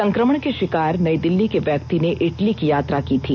संक्रमण के शिकार नई दिल्ली के व्यक्ति ने इटली की यात्रा की थी